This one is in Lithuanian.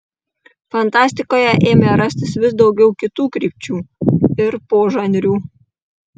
fantastikoje ėmė rastis vis daugiau kitų krypčių ir požanrių